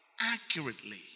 Accurately